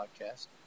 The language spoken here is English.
Podcast